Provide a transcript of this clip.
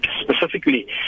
specifically